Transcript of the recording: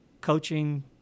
coaching